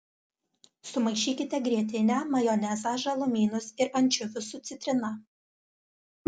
sumaišykite grietinę majonezą žalumynus ir ančiuvius su citrina